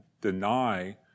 deny